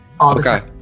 Okay